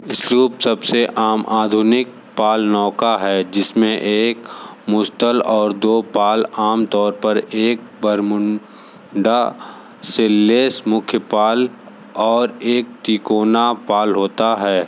soup सबसे आम आधुनिक पाल नौका है जिसमें एक मुस्ट्ल और दो पाल आमतौर पर एक बरमूं डा से लैस मुख्यपाल और एक तिकोना पाल होता है